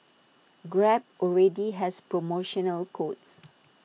grab already has promotional codes